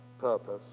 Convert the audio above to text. purpose